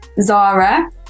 Zara